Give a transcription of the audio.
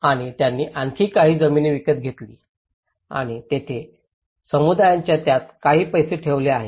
आणि त्यांनी आणखी काही जमीन विकत घेतली आणि येथेच समुदायांनी त्यात काही पैसे ठेवले आहेत